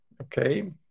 Okay